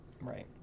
Right